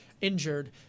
injured